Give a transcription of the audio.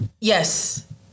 Yes